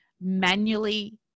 manually